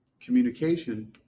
communication